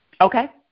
Okay